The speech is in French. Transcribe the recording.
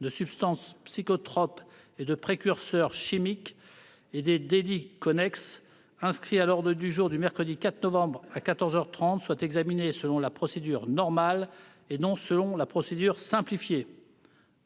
de substances psychotropes et de précurseurs chimiques, et des délits connexes, inscrit à l'ordre du jour du mercredi 4 novembre à seize heures trente, soit examiné selon la procédure normale et non selon la procédure simplifiée.